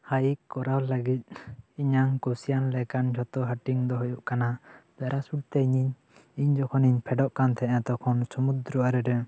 ᱦᱟᱭᱤᱠ ᱠᱚᱨᱟᱣ ᱞᱟᱹᱜᱤᱫ ᱤᱧᱟᱝ ᱠᱩᱥᱤᱭᱟᱱ ᱞᱮᱠᱟᱱ ᱡᱚᱛᱚ ᱦᱟᱹᱴᱤᱧ ᱫᱚ ᱦᱩᱭᱩᱜ ᱠᱟᱱᱟ ᱯᱮᱨᱟ ᱥᱩᱴ ᱛᱮ ᱤᱧ ᱡᱚᱠᱷᱚᱱ ᱤᱧ ᱯᱷᱮᱰᱚᱜ ᱠᱟᱱ ᱛᱟᱦᱮᱸᱜ ᱛᱚᱠᱷᱚᱱ ᱥᱩᱱᱩᱫᱽᱫᱨᱚ ᱟᱲᱮᱨᱮ